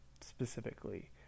specifically